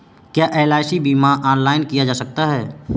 क्या एल.आई.सी बीमा ऑनलाइन किया जा सकता है?